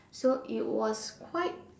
so it was quite